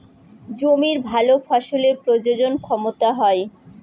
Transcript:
জমির ভালো ফসলের প্রজনন ক্ষমতা হয়